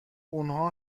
اونها